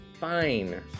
fine